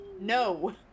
No